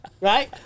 right